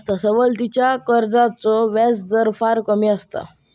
सवलतीच्या कर्जाचो व्याजदर फार कमी असता